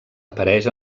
apareix